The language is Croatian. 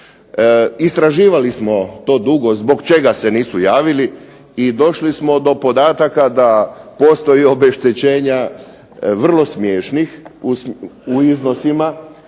istraživali smo to dugo zbog čega se nisu javili i došli smo do podataka da postoje obeštećenje vrlo smiješnih u iznosima.